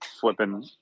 flipping